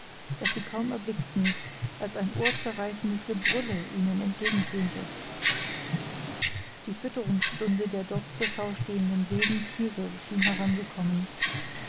das sie kaum erblickten als ein ohrzerreißendes gebrülle ihnen entgegentönte die fütterungsstunde der dort zur schau stehenden wilden tiere schien herangekommen